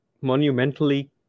monumentally